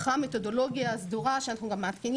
פותחה מתודולוגיה סדורה שאנחנו מעדכנים